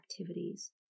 activities